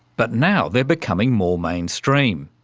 but now they're becoming more mainstream.